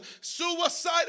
suicide